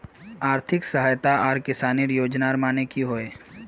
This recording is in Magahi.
आर्थिक सहायता आर किसानेर योजना माने की होय?